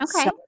Okay